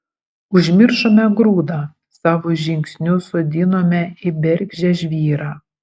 užmiršome grūdą savo žingsnius sodinome į bergždžią žvyrą